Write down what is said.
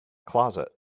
closet